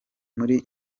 muri